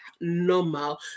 normal